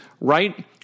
right